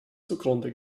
zugrunde